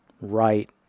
right